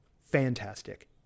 Fantastic